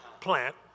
plant